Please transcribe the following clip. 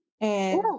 and-